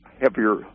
heavier